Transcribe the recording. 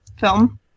film